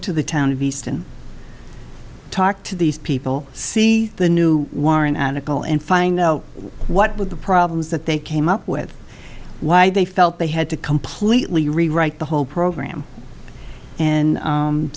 to the town of east and talk to these people see the new warren adekunle and find out what with the problems that they came up with why they felt they had to completely rewrite the whole program and